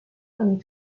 and